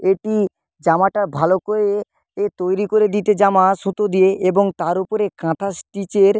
এটি জামাটা ভালো করে এ তৈরি করে দিতে জামা সুতো দিয়ে এবং তার উপরে কাঁথা স্টিচের